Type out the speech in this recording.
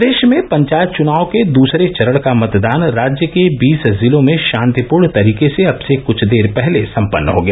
प्रदेश में पंचायत चुनाव के दूसरे चरण का मतदान राज्य के बीस जिलों में शांतिपूर्ण तरीके से अब से कुछ देर पहले सम्पन्न हो गया